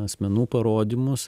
asmenų parodymus